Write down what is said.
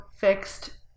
fixed